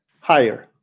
higher